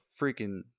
freaking